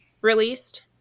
released